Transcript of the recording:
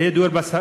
יהיה דיור בר-השגה,